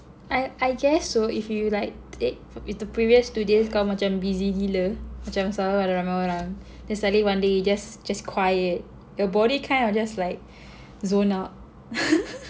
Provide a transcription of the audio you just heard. I I guess so if you like if for the previous two days if kau macam busy gila macam selalu ada ramai orang then suddenly one day you just just quiet your body kind of just like zone out